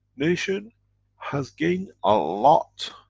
nation has gained a lot